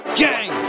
Gang